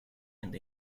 and